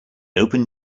open